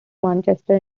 manchester